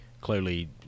clearly